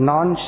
Non